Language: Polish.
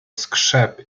skrzep